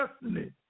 destiny